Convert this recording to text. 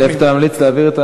לאיזו ועדה אתה ממליץ להעביר?